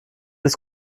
des